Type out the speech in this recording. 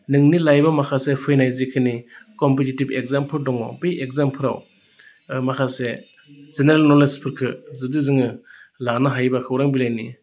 नोंनि लाइफआव माखासे फैनाय जिखिनि कम्पिटिटिभ एक्जामफोर दङ बै एक्जामफोराव माखासे जेनेरेल नलेजफोरखौ जुदि जोङो लानो हायोबा खौरां बिलाइनि